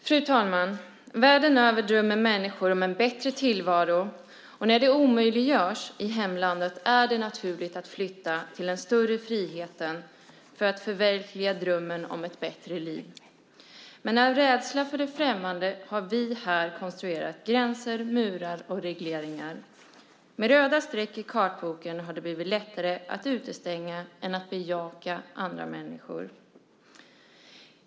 Fru talman! Världen över drömmer människor om en bättre tillvaro. När det omöjliggörs i hemlandet är det naturligt att flytta till den större friheten för att förverkliga drömmen om ett bättre liv. Men av rädsla för det främmande har vi här konstruerat gränser, murar och regleringar. Med röda streck i kartboken har det blivit lättare att utestänga än att bejaka andra människor.